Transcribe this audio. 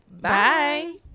Bye